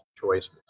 choices